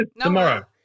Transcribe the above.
tomorrow